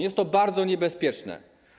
Jest to bardzo niebezpieczne.